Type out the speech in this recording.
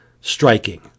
striking